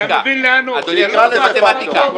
אדוני היושב-ראש, זה מתמטיקה.